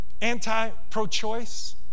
anti-pro-choice